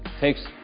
takes